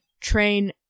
train